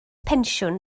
pensiwn